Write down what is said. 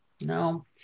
No